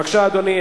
בבקשה, אדוני.